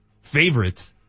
favorites